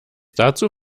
dazu